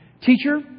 teacher